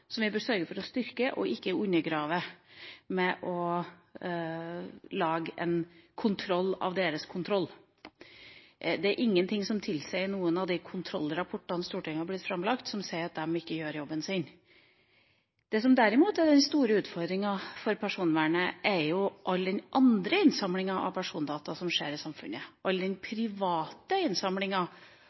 vi bør sørge for å styrke, og ikke undergrave ved å lage en kontroll av deres kontroll. Det er ingenting i noen av de kontrollrapportene Stortinget har blitt framlagt, som tilsier at de ikke gjør jobben sin. Det som derimot er den store utfordringa for personvernet, er all den andre innsamlinga av persondata som skjer i samfunnet – all den private innsamlinga